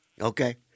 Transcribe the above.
Okay